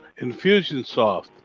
Infusionsoft